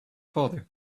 father